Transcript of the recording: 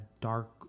dark